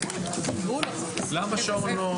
הישיבה ננעלה בשעה 11:00.